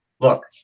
look –